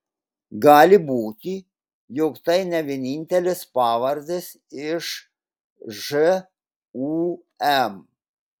gali būti jog tai ne vienintelės pavardės iš žūm